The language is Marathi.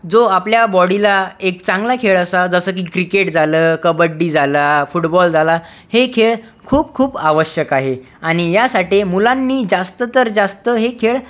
जो आपल्या बॉडीला एक चांगला खेळ असा जसं की क्रिकेट झालं कबड्डी झाला फुटबॉल झाला हे खेळ खूप खूप आवश्यक आहे आणि यासाठी मुलांनी जास्त तर जास्त हे खेळ